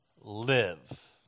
live